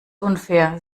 unfair